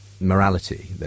morality